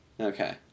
Okay